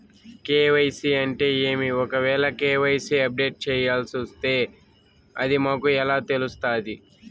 KYC అంటే ఏమి? ఒకవేల కె.వై.సి అప్డేట్ చేయాల్సొస్తే అది మాకు ఎలా తెలుస్తాది?